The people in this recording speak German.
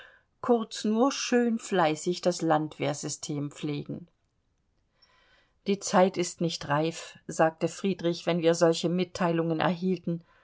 kurz nur schön fleißig das landwehrsystem pflegen die zeit ist nicht reif sagte friedrich wenn wir solche mitteilungen erhielten